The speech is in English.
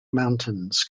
mountains